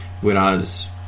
whereas